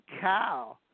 cow